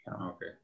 Okay